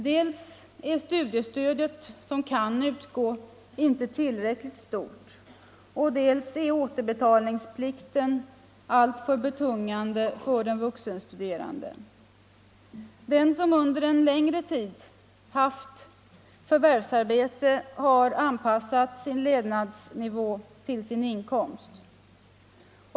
Dels är studiestödet som kan utgå inte tillräckligt stort, dels är återbetalningsplikten alltför betungande för den vuxenstuderande. Den som under en längre tid haft förvärvsarbete har anpassat sin levnadsnivå till sin inkomst.